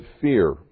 fear